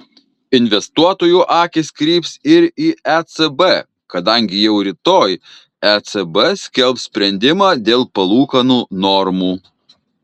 investuotojų akys kryps ir į ecb kadangi jau rytoj ecb skelbs sprendimą dėl palūkanų normų